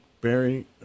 Barry